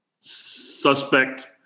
suspect